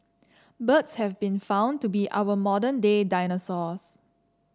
birds have been found to be our modern day dinosaurs